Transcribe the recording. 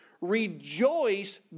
rejoice